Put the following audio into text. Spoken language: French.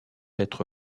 être